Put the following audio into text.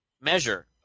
measure